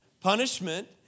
Punishment